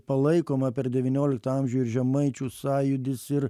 palaikoma per devynioliktą amžių ir žemaičių sąjūdis ir